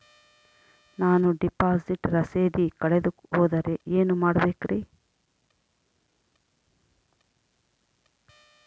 ನಾನು ಡಿಪಾಸಿಟ್ ರಸೇದಿ ಕಳೆದುಹೋದರೆ ಏನು ಮಾಡಬೇಕ್ರಿ?